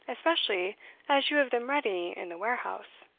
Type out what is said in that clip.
especially as you have them ready in the warehouse.